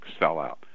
sellout